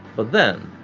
but then,